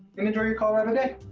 and enjoy your colorado day.